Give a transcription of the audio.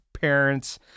parents